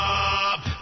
up